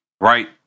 right